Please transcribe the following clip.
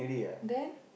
then